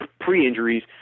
pre-injuries